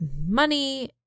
money